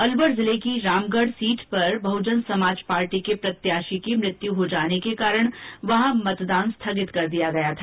अलवर जिले की रामगढ सीट पर बहजन समाज पार्टी के प्रत्याशी की मृत्यू हो जाने के कारण वहां मतदान स्थगित कर दिया गया है